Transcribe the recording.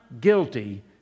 guilty